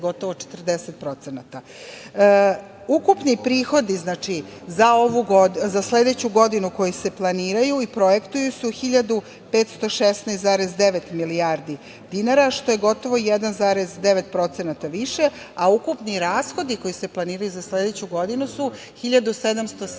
gotovo 40%Ukupni prihodi za sledeću godinu koji se planiraju i projektu su 1.516,9 milijardi dinara, što je gotovo 1,9% više, a ukupni rashodi koji se planiraju za sledeću godinu su 1.717